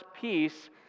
peace